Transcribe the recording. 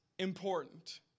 important